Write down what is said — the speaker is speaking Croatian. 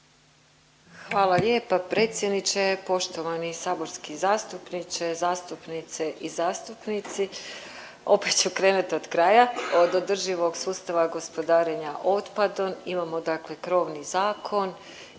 Hvala lijepa predsjedniče. Poštovani saborski zastupniče, zastupnice i zastupnici. Opet ću krenut od kraja. Od održivog sustava gospodarenja otpadom imamo dakle krovni zakon